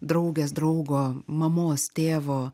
draugės draugo mamos tėvo